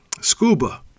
SCUBA